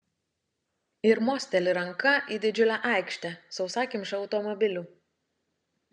ir mosteli ranka į didžiulę aikštę sausakimšą automobilių